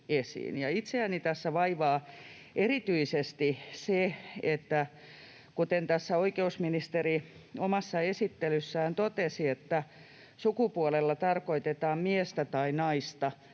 itseäni tässä vaivaa erityisesti tämä: Kuten tässä oikeusministeri omassa esittelyssään totesi, sukupuolella tarkoitetaan miestä tai naista,